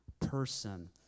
person